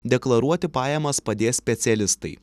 deklaruoti pajamas padės specialistai